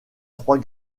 trois